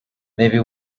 maybe